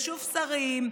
ושוב שרים,